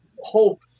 hope